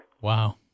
Wow